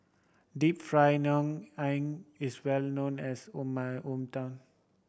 Deep Fried Ngoh Hiang is well known as on my hometown